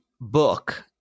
book